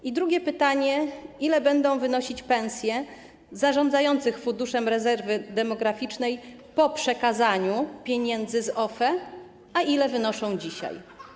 I drugie pytanie: Ile będą wynosić pensje zarządzających Funduszem Rezerwy Demograficznej po przekazaniu pieniędzy z OFE, a ile wynoszą dzisiaj?